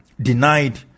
denied